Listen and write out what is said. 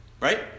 Right